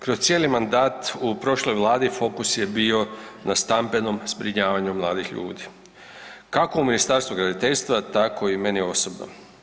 Kroz cijeli mandat u prošloj vladi fokus je bio na stambenom zbrinjavanju mladih ljudi, kako u Ministarstvu graditeljstva, tako i meni osobno.